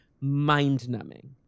mind-numbing